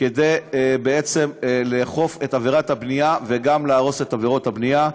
כדי בעצם לאכוף את עבירת הבנייה וגם להרוס את עבירות הבנייה,